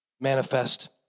manifest